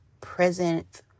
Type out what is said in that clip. present